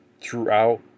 throughout